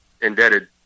indebted